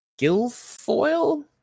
Gilfoil